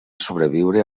sobreviure